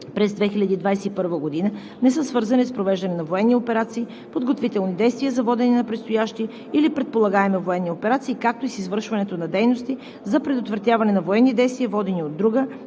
през 2021 г. не са свързани с провеждане на военни операции, подготвителни действия за водене на предстоящи или предполагаеми военни операции, както и с извършването на дейности за предотвратяване на военни действия, водени от друга